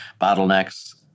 bottlenecks